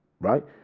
Right